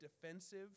defensive